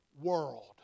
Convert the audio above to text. world